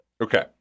okay